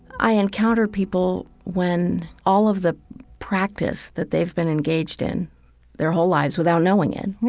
i encounter people when all of the practice that they've been engaged in their whole lives without knowing it, yeah,